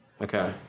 Okay